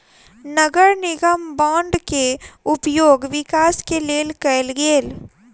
नगर निगम बांड के उपयोग विकास के लेल कएल गेल